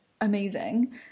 amazing